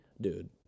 Dude